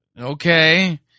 Okay